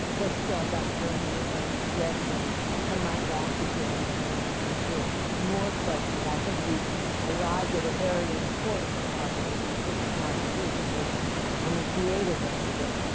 just stand up for a minute and stretch and come right back again and answer more questions. i think we've arrived at a very important and part of this. this is now decision making on the creative end of it.